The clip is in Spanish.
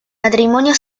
matrimonio